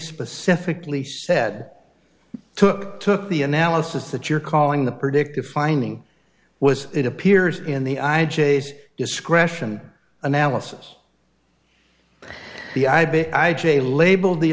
specifically said took took the analysis that you're calling the predicted finding was it appears in the i g s discretion analysis the ib i j labeled the